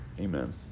Amen